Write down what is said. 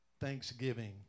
Thanksgiving